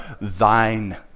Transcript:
thine